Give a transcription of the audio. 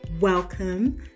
welcome